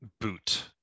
boot